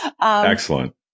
Excellent